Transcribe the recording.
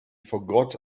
forgot